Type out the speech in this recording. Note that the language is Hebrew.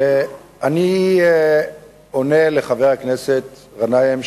אני עונה לחבר הכנסת גנאים,